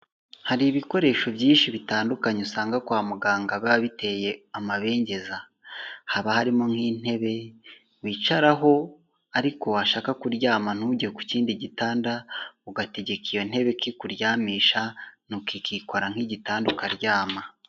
Hari ibikoresho byinshi bitandukanye usanga kwa muganga biba biteye amabengeza, haba harimo nk'intebe bicaraho ariko washaka kuryama ntujye ku kindi gitanda, ugategeka iyo ntebe ko ikuryamisha, nuko ikikora nk'igitanda ukaryama.